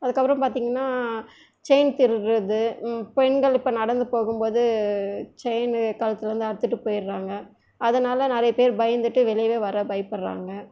அதுக்கப்புறம் பார்த்திங்கன்னா செயின் திருடுகிறது பெண்கள் இப்போ நடந்து போகும்போது செயினு கழுத்துலேருந்து அறுத்துட்டு போயிடறாங்க அதனால் நிறையா பேர் பயந்துட்டு வெளியவே வர பயப்படுகிறாங்க